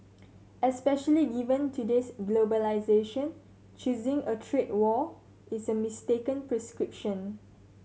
especially given today's globalisation choosing a trade war is a mistaken prescription